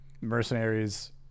mercenaries